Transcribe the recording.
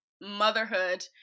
motherhood